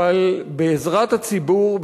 אבל בעזרת הציבור,